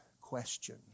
Question